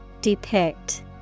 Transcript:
Depict